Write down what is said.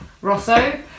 Rosso